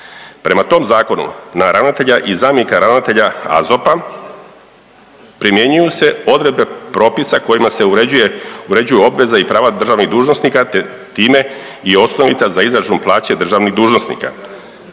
Prema tom Zakonu, na ravnatelja i zamjenika ravnatelja AZOP-a primjenjuju se odredbe propisa kojima se uređuju obveze i prava državnih dužnosnika te time i osnovica za izračun plaće državnih dužnosnika.